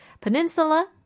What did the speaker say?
Peninsula